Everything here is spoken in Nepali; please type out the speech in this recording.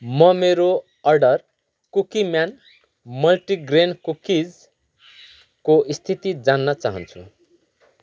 म मेरो अर्डर कुकिम्यान मल्टिग्रेन कुकिजको स्थिति जान्न चाहन्छु